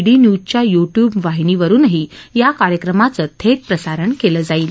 D न्यूजच्या YouTube वाहिनीवरुनही या कार्यक्रमाचं थेट प्रसारण केलं जाईल